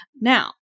Now